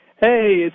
Hey